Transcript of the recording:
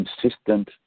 consistent